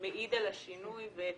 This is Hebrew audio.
מעיד על השינוי ותבורכו.